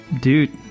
Dude